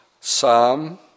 Psalm